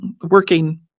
working